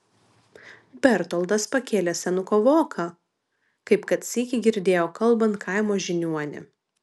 bertoldas pakėlė senuko voką kaip kad sykį girdėjo kalbant kaimo žiniuonį